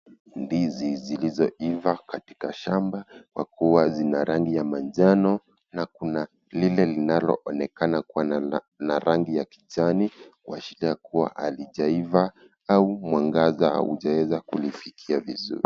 Ndizi zilizoiva katika shamba kwa kuwa zina rangi ya manjano na kuna lile linaloonekana kuwa na rangi ya kijani kuashiria kuwa halijaiva au mwangaza haujaeza kulifikia vizuri.